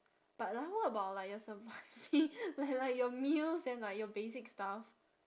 but l~ what about like your surviving like like your meals and like your basic stuff